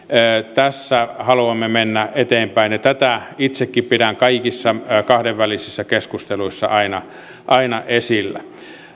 tässä haluamme mennä eteenpäin ja tätä itsekin pidän kaikissa kahdenvälisissä keskusteluissa aina aina esillä